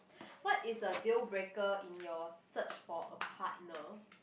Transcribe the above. what is a deal breaker in your search for a partner